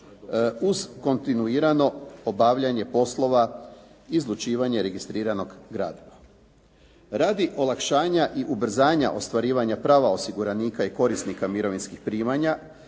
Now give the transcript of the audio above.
uz kontinuirano obavljanje poslova … /Govornik se ne razumije./ … registriranog gradiva radi olakšanja i ubrzanja ostvarivanja prava osiguranika i korisnika mirovinskih primanja